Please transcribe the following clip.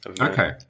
Okay